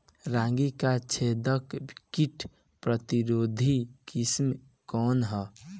रागी क छेदक किट प्रतिरोधी किस्म कौन ह?